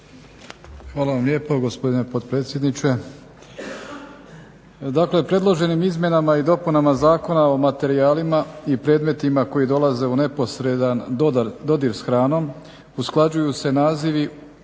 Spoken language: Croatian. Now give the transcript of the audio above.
Hvala vam lijepa gospodine potpredsjedniče.